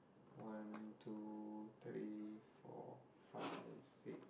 one two three four five six